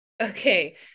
okay